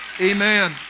Amen